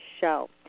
show